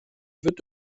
wird